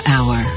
Hour